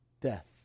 death